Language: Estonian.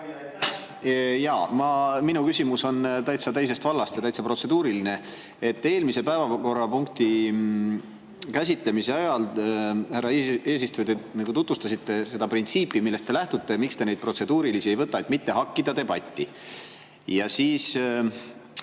Minu küsimus on täitsa teisest vallast ja täitsa protseduuriline. Eelmise päevakorrapunkti käsitlemise ajal te, härra eesistuja, tutvustasite seda printsiipi, millest te lähtute ja miks te neid protseduurilisi küsimusi ei võta – et mitte hakkida debatti. Kui